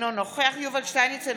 אינו נוכח יובל שטייניץ,